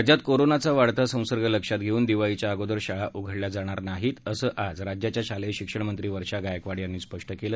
राज्यात कोरोना विषाणुचा वाढता संसर्ग लक्षात घेऊन दिवाळीच्या अगोदर शाळा उघडल्या जाणार नाहीत असं आज राज्याच्या शालेय शिक्षण मंत्री वर्षा गायकवाड यांनी स्पष्ट केलं